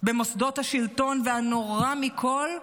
במוסדות השלטון, והנורא מכול,